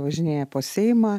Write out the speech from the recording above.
važinėja po seimą